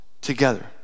together